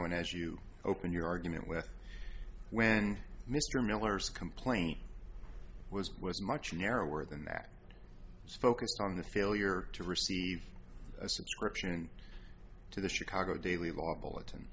and as you open your argument with when mr miller's complaint was was much narrower than that was focused on the failure to receive a subscription to the chicago daily law bulletin